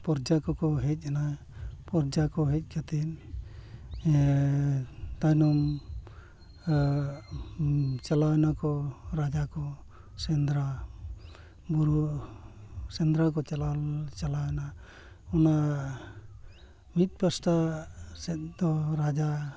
ᱯᱨᱚᱡᱟ ᱠᱚᱠᱚ ᱦᱮᱡ ᱮᱱᱟ ᱯᱨᱚᱡᱟ ᱠᱚ ᱦᱮᱡ ᱠᱟᱛᱮᱫ ᱛᱟᱭᱱᱚᱢ ᱪᱟᱞᱟᱣ ᱱᱟᱠᱚ ᱨᱟᱡᱟ ᱠᱚ ᱥᱮᱸᱫᱽᱨᱟ ᱵᱩᱨᱩ ᱥᱮᱸᱫᱽᱨᱟ ᱠᱚ ᱪᱟᱞᱟᱣ ᱞᱮᱱᱟ ᱪᱟᱞᱟᱣᱱᱟ ᱚᱱᱟ ᱢᱤᱫ ᱯᱟᱥᱴᱟ ᱥᱮᱫ ᱫᱚ ᱨᱟᱡᱟ